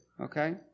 okay